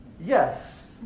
Yes